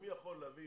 מי יכול להביא